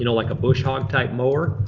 you know like a bush hog type mower.